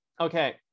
okay